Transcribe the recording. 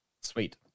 Sweet